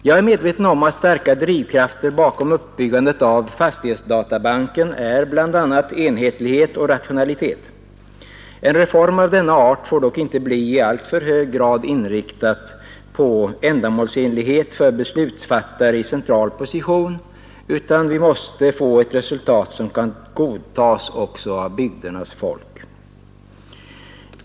Jag är medveten om att starka drivkrafter bakom uppbyggandet av fastighetsdatabanken är bl.a. enhetlighet och rationalitet. En reform av denna art får dock inte bli i alltför hög grad inriktad på ändamålsenlighet för beslutsfattare i central position utan vi måste få ett resultat som kan godtas också av bygdens folk.